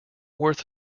worth